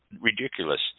ridiculous